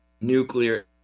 nuclear